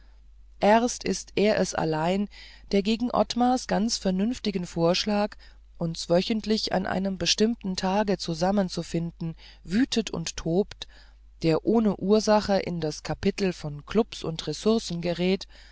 erst ist er es allein der gegen ottmars ganz vernünftigen vorschlag uns wöchentlich an einem bestimmten tage zusammenzufinden wütet und tobt der ohne ursache in das kapitel von klubs und ressourcen gerät